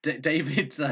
David